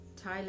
Thailand